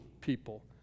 people